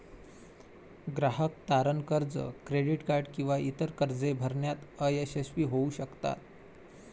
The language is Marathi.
ग्राहक तारण कर्ज, क्रेडिट कार्ड किंवा इतर कर्जे भरण्यात अयशस्वी होऊ शकतात